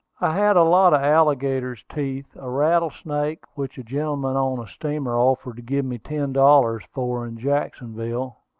i had a lot of alligators' teeth, a rattlesnake, which a gentleman on a steamer offered to give me ten dollars for in jacksonville,